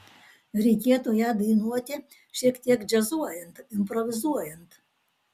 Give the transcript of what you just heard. reikėtų ją dainuoti šiek tiek džiazuojant improvizuojant